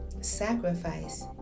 sacrifice